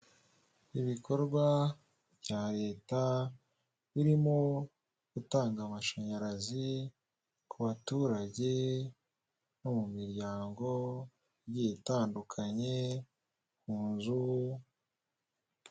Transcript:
Ibikorwa bya leta birimo gutanga amashanyarazi ku baturage no mu miryango igiye itandukanye mu nzu.